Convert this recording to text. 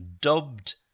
dubbed